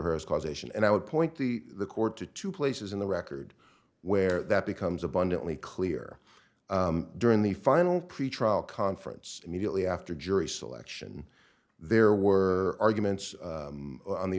or has causation and i would point the court to two places in the record where that becomes abundantly clear during the final pretrial conference immediately after jury selection there were arguments on the